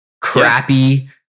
crappy